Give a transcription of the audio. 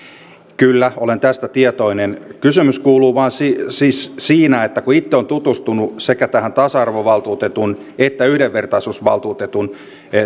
kyllä olen tästä tietoinen kysymys kuuluu vain siis siinä kun itse olen tutustunut sekä tasa arvovaltuutetun että yhdenvertaisuusvaltuutetun